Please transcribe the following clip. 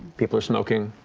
people are smoking.